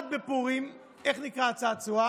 אחד בפורים, איך נקרא הצעצוע?